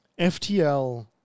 FTL